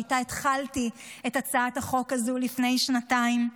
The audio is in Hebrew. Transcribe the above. שאיתה התחלתי את הצעת החוק הזו לפני שנתיים,